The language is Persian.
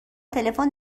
تلفن